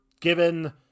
given